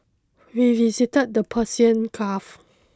we visited the Persian Gulf